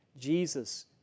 Jesus